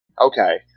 Okay